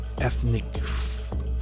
ethnic